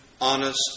honest